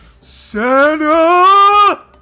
Santa